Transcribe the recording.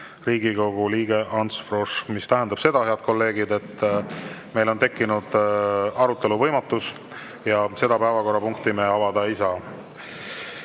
Riigikogu liige Ants Frosch. See tähendab seda, head kolleegid, et meil on tekkinud arutelu võimatus ja seda päevakorrapunkti avada ei